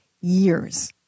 years